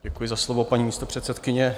Děkuji za slovo, paní místopředsedkyně.